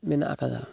ᱢᱮᱱᱟ ᱟᱠᱟᱫᱟ